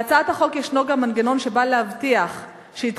בהצעת החוק ישנו גם מנגנון שבא להבטיח שהתחייבות